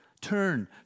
Turn